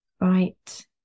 Right